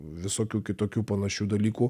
visokių kitokių panašių dalykų